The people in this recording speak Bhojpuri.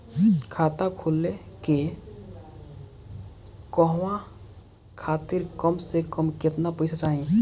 खाता खोले के कहवा खातिर कम से कम केतना पइसा चाहीं?